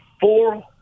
four